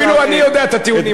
אפילו אני יודע את הטיעונים שלך.